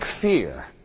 fear